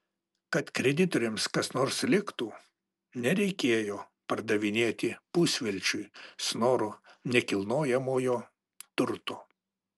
kad kreditoriams kas nors liktų nereikėjo pardavinėti pusvelčiui snoro nekilnojamojo turto